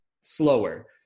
slower